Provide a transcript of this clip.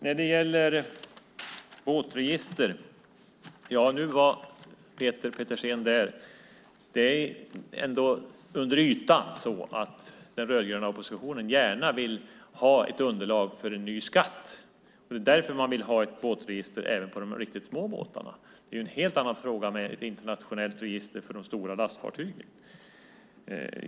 När det gäller båtregister var Peter Pedersen där: Det är ändå under ytan så att den rödgröna oppositionen gärna vill ha ett underlag för en ny skatt. Det är därför man vill ha ett båtregister även för de riktigt små båtarna. Det är en helt annan fråga med ett internationellt register för de stora lastfartygen.